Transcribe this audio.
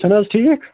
چھُنہٕ حظ ٹھیٖک